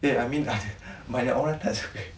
eh I mean banyak orang tak suka